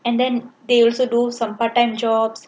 and then they also do some part time jobs